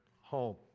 home